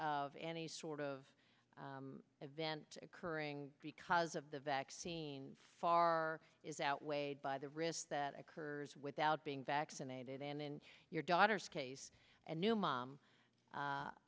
of any sort of event occurring because of the vaccine far is outweighed by the risk that occurs without being vaccinated and in your daughter's case and new mom